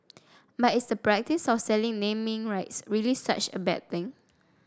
but is the practice of selling naming rights really such a bad thing